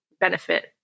benefit